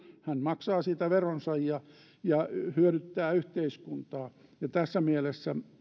hän maksaa siitä veronsa ja ja hyödyttää yhteiskuntaa tässä mielessä